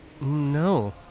No